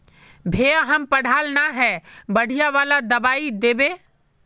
भैया हम पढ़ल न है बढ़िया वाला दबाइ देबे?